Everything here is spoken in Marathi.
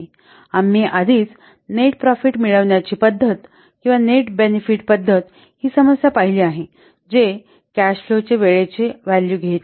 आम्ही आधीच नेट प्रॉफिट मिळवण्याची पद्धत किंवा नेट बेनिफिट पद्धत ही समस्या पाहिली आहे जे कॅश फ्लोांचे वेळेचे व्हॅल्यूघेत नाही